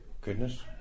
Goodness